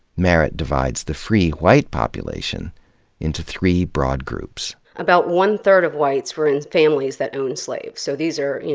merritt divides the free white population into three broad groups. about one third of whites were in families that owned slaves. so these are, you